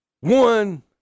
One